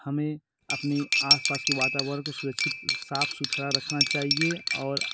हमें अपने आस पास के वातावरण को सुरक्षित साफ़ सुथरा रखना चाहिए और